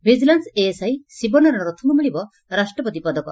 vigilance ASI Shiba Narayan ରଥଙ୍ଙ୍ ମିଳିବ ରାଷ୍ଟ୍ରପତି ପଦକ